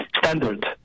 standard